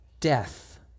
death